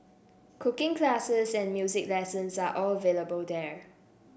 cooking classes and music lessons are all available there